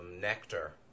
nectar